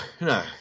no